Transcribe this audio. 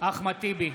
אחמד טיבי,